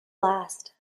last